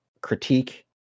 critique